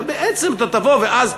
ובעצם אתה תבוא ואז,